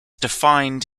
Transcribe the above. defined